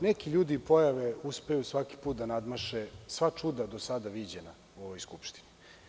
Neki ljudi i pojave uspeju svaki put da nadmaše sva čuda do sada viđena u ovoj skupštini.